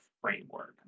framework